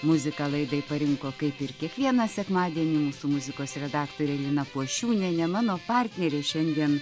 muziką laidai parinko kaip ir kiekvieną sekmadienį mūsų muzikos redaktorė lina pošiūnienė mano partnerė šiandien